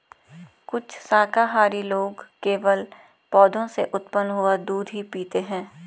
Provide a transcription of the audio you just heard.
कुछ शाकाहारी लोग केवल पौधों से उत्पन्न हुआ दूध ही पीते हैं